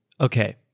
Okay